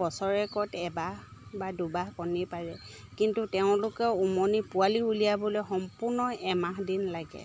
বছৰেকত এবাৰ বা দুবাৰ কণী পাৰে কিন্তু তেওঁলোকে উমনি পোৱালি উলিয়াবলৈ সম্পূৰ্ণ এমাহ দিন লাগে